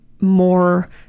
more